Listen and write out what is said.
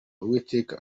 uwiteka